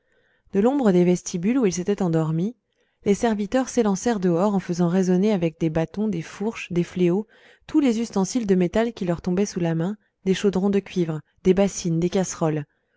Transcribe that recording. de l'ombre des vestibules où ils s'étaient endormis les serviteurs s'élancèrent dehors en faisant résonner avec des bâtons des fourches des fléaux tous les ustensiles de métal qui leur tombaient sous la main des chaudrons de cuivre des bassines des casseroles